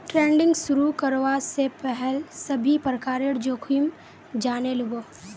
trading शुरू करवा स पहल सभी प्रकारेर जोखिम जाने लिबो